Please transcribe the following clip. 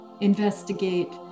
investigate